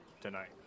tonight